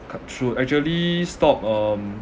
cut through actually stop um